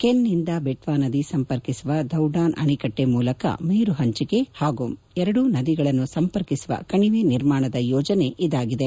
ಕೆನ್ನಿಂದ ಬೆಟ್ಲಾ ನದಿ ಸಂಪರ್ಕಿಸುವ ದೌಢಾನ್ ಅಣೆಕಟ್ಟೆ ಮೂಲಕ ನೀರು ಹಂಚಿಕೆ ಮತ್ತು ಎರಡೂ ನದಿಗಳನ್ನು ಸಂಪರ್ಕಿಸುವ ಕಣಿವೆ ನಿರ್ಮಾಣದ ಯೋಜನೆ ಇದಾಗಿದೆ